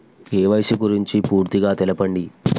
KYC గురించి పూర్తిగా తెలపండి?